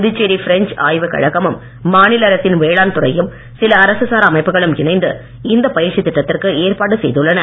Puducherry French ஆய்வுக் கழகமும் மாநில அரசின் வேளாண்துறையும் சில அரசு சாரா அமைப்புகளும் இணைந்து இந்த பயிற்சி திட்டத்திற்கு ஏற்பாடு செய்துள்ளன